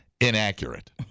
Inaccurate